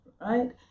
right